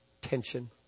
tension